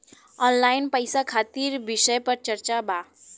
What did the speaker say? Online पैसा खातिर विषय पर चर्चा वा?